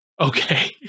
okay